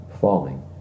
falling